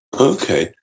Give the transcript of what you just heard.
Okay